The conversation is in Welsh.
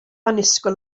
annisgwyl